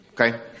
okay